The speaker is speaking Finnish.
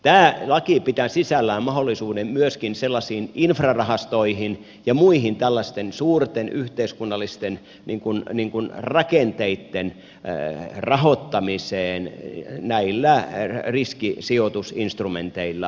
tämä laki pitää sisällään mahdollisuuden myöskin sellaisiin infrarahastoihin ja muihin tällaisten suurten yhteiskunnallisten rakenteitten rahoittamiseen näillä riskisijoitusinstrumenteilla